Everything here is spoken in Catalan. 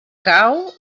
cau